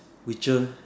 Witcher